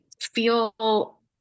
feel